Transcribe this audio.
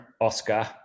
Oscar